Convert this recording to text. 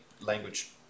language